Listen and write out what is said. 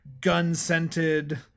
gun-scented